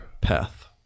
Path